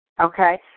Okay